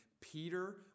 peter